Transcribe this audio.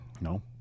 No